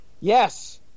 yes